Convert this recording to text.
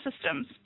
systems